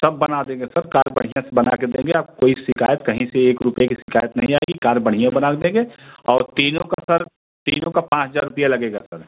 सब बना देंगे सर कार बढ़िया से बना के देंगे आप कोई शिकायत कहीं से एक रुपये की शिकायत नहीं आएगी कार बढ़िया बना देंगे और तीनों का सर तीनों का पाँच हज़ार रुपये लगेगा सर